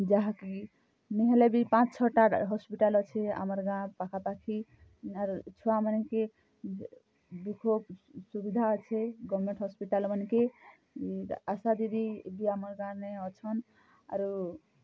ଯାହାକି ନି ହେଲେ ବି ପାଞ୍ଚ୍ ଛଅ'ଟା ହସ୍ପିଟାଲ୍ ଅଛେ ଆମର୍ ଗାଁ'ର୍ ପାଖାପାଖି ଆର୍ ଛୁଆମାନ୍ଙ୍କେ ଦୁଃଖ ସୁବିଧା ଅଛେ ଗଭ୍ମେଣ୍ଟ୍ ହସ୍ପିଟାଲ୍ ମାନ୍କେ ଇ ଆଶା ଦିଦି ବି ଆମର୍ ଗାଁ'ନେ ଅଛନ୍ ଆରୁ